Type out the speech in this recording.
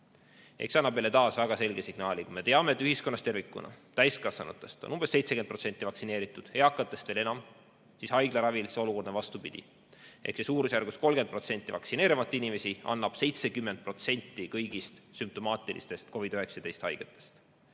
See annab meile taas väga selge signaali. Kui me teame, et ühiskonnas tervikuna on täiskasvanutest umbes 70% vaktsineeritud, eakatest veel enam, siis haiglaravil on see olukord vastupidine ehk suurusjärgus 30% vaktsineerimata inimesi annab 70% kõigist sümptomaatilistest COVID‑19 haigetest.